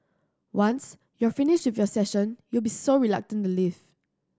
once you're finished with your session you'll be so reluctant to leave